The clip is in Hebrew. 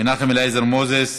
מנחם אליעזר מוזס,